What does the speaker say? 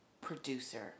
producer